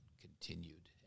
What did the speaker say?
continued